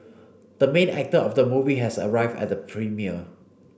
the main actor of the movie has arrived at the premiere